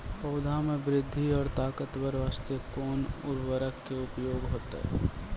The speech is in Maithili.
पौधा मे बृद्धि और ताकतवर बास्ते कोन उर्वरक के उपयोग होतै?